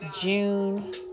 June